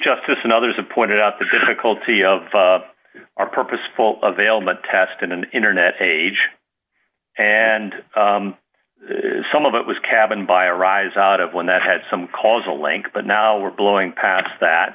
justice and others have pointed out the difficulty of our purposeful of ailment test in an internet age and some of it was cabin by a rise out of one that had some causal link but now we're blowing past that